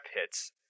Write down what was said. hits